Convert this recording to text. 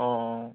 অঁ অঁ